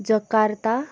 Jakarta